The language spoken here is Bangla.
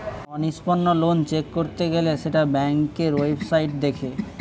অনিষ্পন্ন লোন চেক করতে গেলে সেটা ব্যাংকের ওয়েবসাইটে দেখে